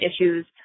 issues